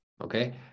okay